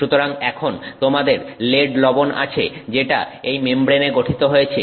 সুতরাং এখন তোমাদের লেড লবণ আছে যেটা এই মেমব্রেনে গঠিত হয়েছে